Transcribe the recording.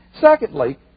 Secondly